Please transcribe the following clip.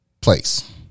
place